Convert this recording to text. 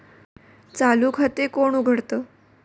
चालू खाते कोण उघडतं?